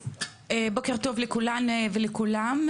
בוקר טוב לכולן ולכולם.